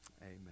amen